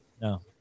No